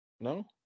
No